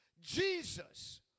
Jesus